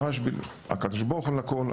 לגבי הרשב"י: "הקדוש ברוך הוא על הכול,